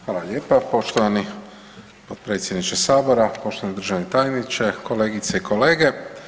Hvala lijepa, poštovani potpredsjedniče Sabora, poštovani državni tajniče, kolegice i kolege.